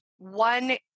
one